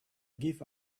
give